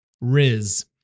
Riz